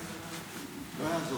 ילד הוא